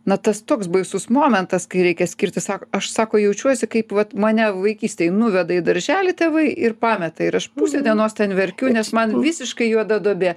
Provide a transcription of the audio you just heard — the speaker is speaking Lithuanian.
na tas toks baisus momentas kai reikia skirtis sako aš sako jaučiuosi kaip vat mane vaikystėj nuveda į darželį tėvai ir pameta ir aš pusę dienos ten verkiu nes man visiškai juoda duobė